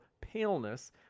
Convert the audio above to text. paleness